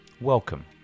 Welcome